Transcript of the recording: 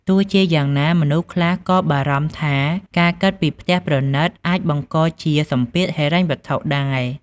ទោះជាយ៉ាងណា មនុស្សខ្លះក៏បារម្ភថា ការគិតពីផ្ទះប្រណិតអាចបង្កជាសម្ពាធហិរញ្ញវត្ថុដែរ។